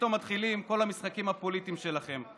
פתאום מתחילים כל המשחקים הפוליטיים שלכם,